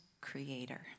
creator